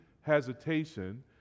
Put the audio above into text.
hesitation